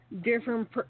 different